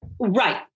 Right